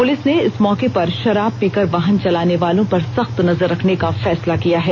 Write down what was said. police ने इस मौके पर शराब पीकर वाहन चलाने वालों पर सख्तस नजर रखने का फैसला किया है